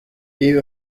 gave